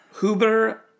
Huber